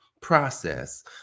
process